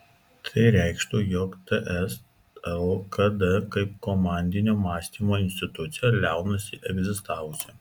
tai reikštų jog ts lkd kaip komandinio mąstymo institucija liaunasi egzistavusi